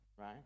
right